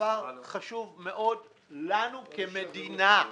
הדבר חשוב מאוד לנו כמדינה.